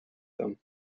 them